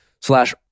slash